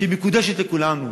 שהיא מקודשת לכולנו,